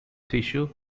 tissue